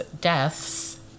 deaths